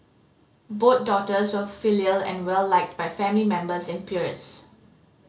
both daughters were filial and well liked by family members and peers